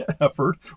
effort